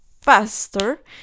faster